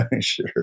Sure